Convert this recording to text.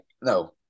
no